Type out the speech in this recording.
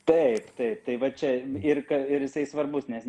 taip taip tai va čia ir ir jisai svarbus nes